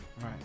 Right